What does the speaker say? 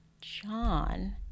John